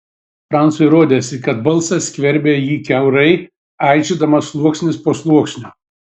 franciui rodėsi kad balsas skverbia jį kiaurai aižydamas sluoksnis po sluoksnio